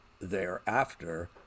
thereafter